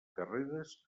guerreres